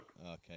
Okay